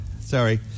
Sorry